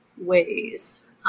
ways